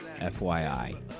FYI